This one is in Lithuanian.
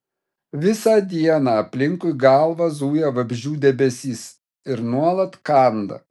visą dieną aplinkui galvą zuja vabzdžių debesys ir nuolat kanda